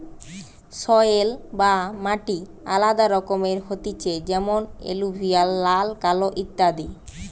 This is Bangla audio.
সয়েল বা মাটি আলাদা রকমের হতিছে যেমন এলুভিয়াল, লাল, কালো ইত্যাদি